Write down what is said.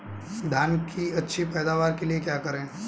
धान की अच्छी पैदावार के लिए क्या करें?